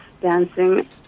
dancing